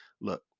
look